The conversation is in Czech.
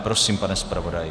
Prosím, pane zpravodaji.